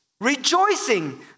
rejoicing